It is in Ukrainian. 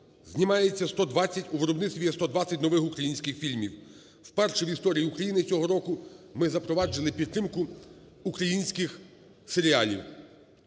знімається 120, у виробництві є 120 нових українських фільмів. Вперше в історії України цього року ми запровадили підтримку українських серіалів.